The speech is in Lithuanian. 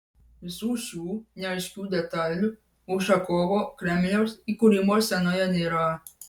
visų šių neaiškių detalių ušakovo kremliaus įkūrimo scenoje nėra